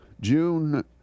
June